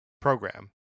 program